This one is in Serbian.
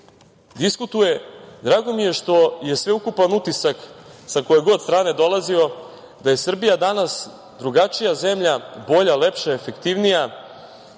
diskutuje, drago mi je što je sveukupan utisak, sa koje god strane dolazio, da je Srbija danas drugačija zemlja, bolja, lepša, efektivnija